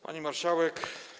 Pani Marszałek!